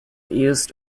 east